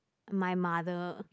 my mother